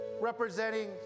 representing